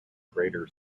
greater